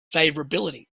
favorability